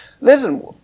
Listen